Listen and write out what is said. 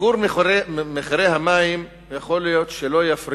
יכול להיות שהעלאת מחירי המים לא תפריע